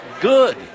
good